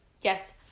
Yes